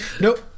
nope